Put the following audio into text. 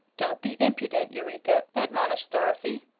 don't be impudent, eureka, admonished dorothy.